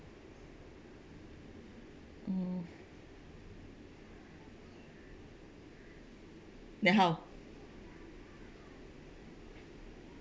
mm then how